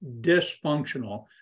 dysfunctional